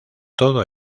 todo